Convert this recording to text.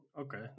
Okay